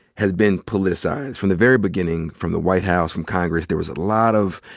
has been politicized? from the very beginning, from the white house, from congress, there was a lot of,